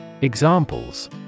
Examples